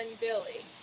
Billy